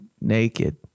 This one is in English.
naked